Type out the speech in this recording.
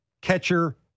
catcher